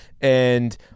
And-